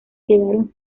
quedaron